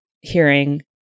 hearing